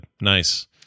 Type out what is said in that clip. Nice